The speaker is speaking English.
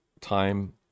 time